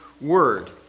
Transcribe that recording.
word